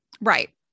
Right